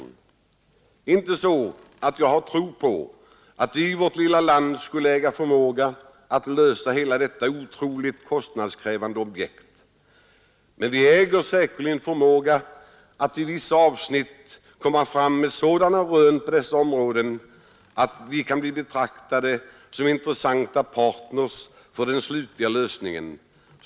Det är inte så att jag hoppas att vi i vårt lilla land skulle äga förmåga att lösa hela detta otroligt kostnadskrävande objekt. Men vi äger säkerligen förmåga att i vissa avsnitt komma med sådana rön på detta område att vi kan betraktas som intressanta partners för den slutliga lösningen.